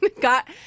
got